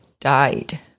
died